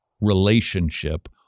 relationship